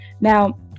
now